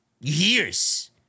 years